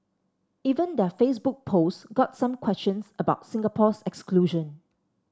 even their Facebook post got some questions about Singapore's exclusion